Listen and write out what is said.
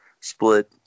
split